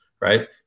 right